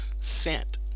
sent